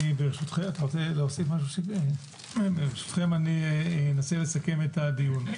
ברשותכם, אני אנסה לסכם את הדיון.